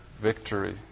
victory